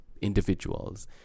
individuals